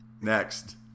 Next